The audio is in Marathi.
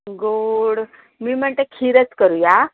गोड मी म्हणते खीरच करूया